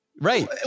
Right